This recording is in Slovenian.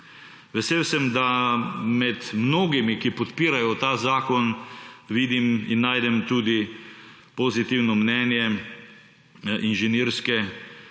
Vesel sem, da med mnogimi, ki podpirajo ta zakon, vidim in najdem tudi pozitivno mnenje Inženirske